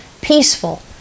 peaceful